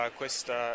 questa